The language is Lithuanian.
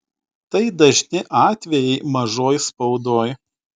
tai dažni atvejai mažoj spaudoj